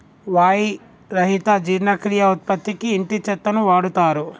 వాయి రహిత జీర్ణక్రియ ఉత్పత్తికి ఇంటి చెత్తను వాడుతారు